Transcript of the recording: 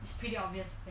it's pretty obvious